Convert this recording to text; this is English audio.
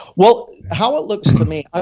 well, how it looks to me, ah